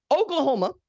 Oklahoma